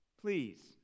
please